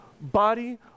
body